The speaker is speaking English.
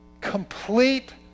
complete